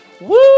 Woo